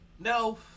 No